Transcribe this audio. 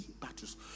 battles